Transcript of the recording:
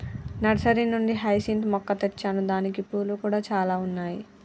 nursery నుండి hyacinth మొక్క తెచ్చాను దానికి పూలు కూడా చాల ఉన్నాయి